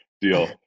deal